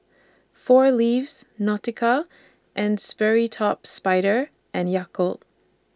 four Leaves Nautica and Sperry Top Sider and Yakult